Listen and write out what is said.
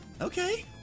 okay